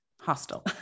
hostile